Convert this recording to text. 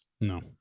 No